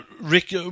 Rick